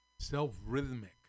self-rhythmic